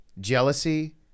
jealousy